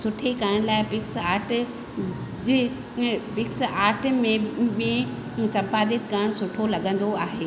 सुठी करण लाइ पिक्सआर्ट जी पिक्सआर्ट में बि संपादित करणु सुठो लॻंदो आहे